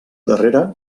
darrere